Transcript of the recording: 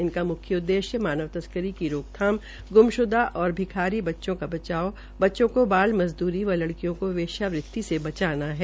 इनका मुख्य उद्देश्य मानव तस्करी की रोकथाम ग्रमशुदा और भिखारी ाच्चों का ाचाव ाच्चों को ााल मजदूरी व लड़कियो को वेश्यावृति से ाचाना है